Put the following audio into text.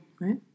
right